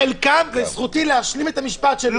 אמרתי חלקם, וזכותי להשלים את המשפט שלי.